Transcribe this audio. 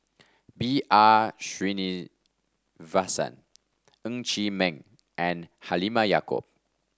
B R Sreenivasan Ng Chee Meng and Halimah Yacob